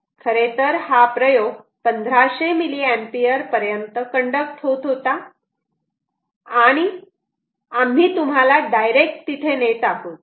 खरेतर हा प्रयोग 1500 mA पर्यंत कंडक्ट होत होता आणि आम्ही तुम्हाला डायरेक्ट तिथे नेत आहोत